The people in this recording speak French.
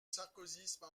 sarkozysme